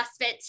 CrossFit